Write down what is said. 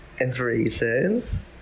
inspirations